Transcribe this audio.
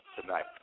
tonight